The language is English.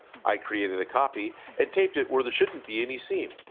i created a copy and taped it where there shouldn't be any seam.